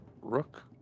Rook